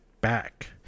back